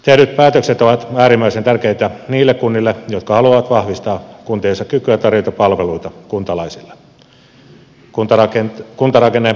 tehdyt päätökset ovat äärimmäisen tärkeitä niille kunnille jotka haluavat vahvistaa kuntiensa kykyä tarjota pal veluita kuntalaisille